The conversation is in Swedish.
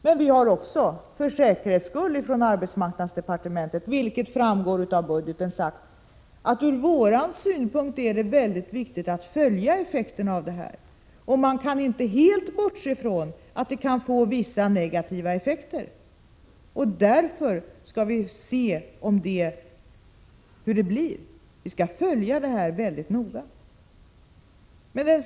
Men vi har också från arbetsmarknadsdepartementet för säkerhets skull sagt, vilket framgår av budgeten, att det ur vår synpunkt är mycket viktigt att följa effekterna av indragningen av starthjälpen. Vi kan inte helt bortse från att den kan få vissa negativa följder, och därför skall vi mycket noga följa vad som händer.